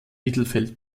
mittelfeld